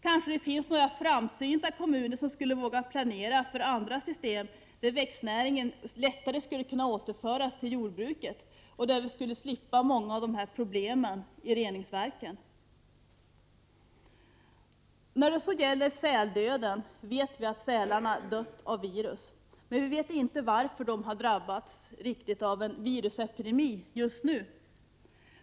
Kanske det finns några framsynta kommuner som skulle våga planera för andra system, där växtnäringen lättare skulle kunna återföras till jordbruket och där vi skulle slippa många av problemen i reningsverken. När det gäller säldöden vet vi att sälarna dött av virus, men vi vet inte riktigt varför de har drabbats av en virusepidemi just nu.